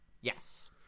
Yes